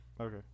okay